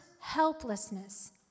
helplessness